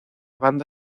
banda